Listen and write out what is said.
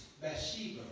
Bathsheba